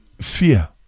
fear